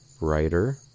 writer